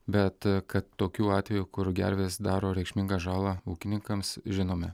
bet kad tokių atvejų kur gervės daro reikšmingą žalą ūkininkams žinome